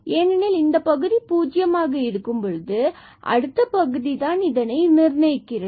ஏனெனில் இந்த பகுதி பூஜ்ஜியமாக இருக்கும் பொழுது அடுத்த பகுதிதான் இதனை நிர்ணயிக்கிறது